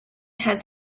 has